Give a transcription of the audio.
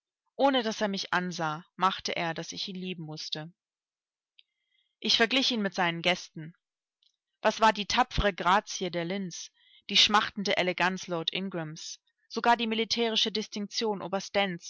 ohne daß er mich ansah machte er daß ich ihn lieben mußte ich verglich ihn mit seinen gästen was war die tapfere grazie der lynns die schmachtende eleganz lord ingrams sogar die militärische distinktion